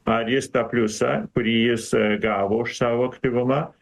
ar jis tą pliusą kurį jis gavo už savo aktyvumą